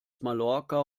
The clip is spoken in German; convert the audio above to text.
mallorca